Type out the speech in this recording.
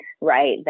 right